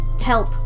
help